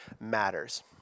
matters